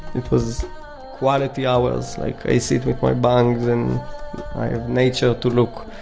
it was quality hours like i sit with my bongs and i have nature to look.